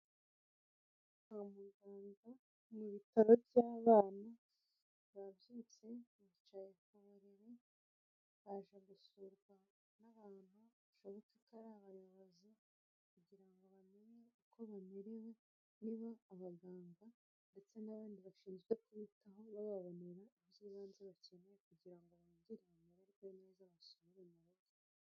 Muganga uri mu bitaro by'abana babyutse bicaye ku buriri aje gusurwa n'ahantu hashoboka atari ari abayobozi kugira bamenye uko bamerewe niba abaganga ndetse n'abandi bashinzwe kubitaho bababoneray'ibanze bakeneye kugira ngo bongere bamererwe neza basure mu mujyi.